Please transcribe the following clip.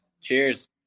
Cheers